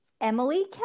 Emily